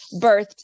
birthed